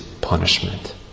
punishment